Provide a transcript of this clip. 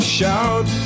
shout